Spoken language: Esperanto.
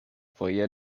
foje